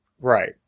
right